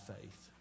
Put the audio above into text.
faith